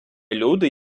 люди